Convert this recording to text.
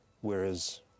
whereas